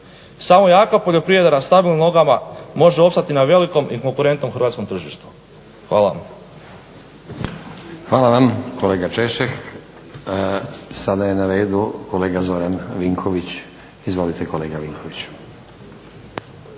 Samo jaka poljoprivreda na stabilnim nogama može opstati na velikom i konkurentom hrvatskom tržištu. Hvala. **Stazić, Nenad (SDP)** Hvala vam kolega Češek. Sada je na redu kolega Vinković. **Vinković,